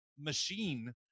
machine